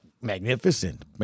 magnificent